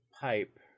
pipe